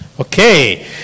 Okay